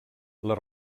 les